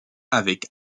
avec